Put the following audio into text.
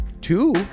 two